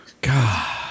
God